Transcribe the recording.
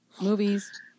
movies